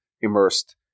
immersed